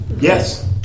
Yes